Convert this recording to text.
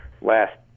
last